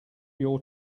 your